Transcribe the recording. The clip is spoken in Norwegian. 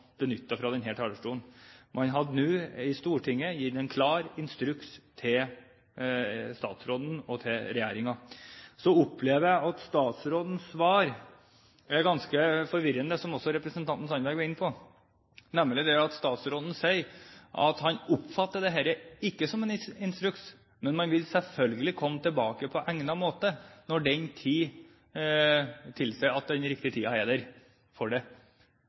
fra denne talerstolen. Man hadde nå i Stortinget gitt en klar instruks til statsråden og regjeringen. Så opplever jeg at statsrådens svar er ganske forvirrende – som også representanten Sandberg var inne på – nemlig det at statsråden sier at han oppfatter ikke dette som en instruks, men man vil selvfølgelig komme tilbake på «egnet» måte når tiden tilsier det. Ja, det betyr, slik jeg tolker det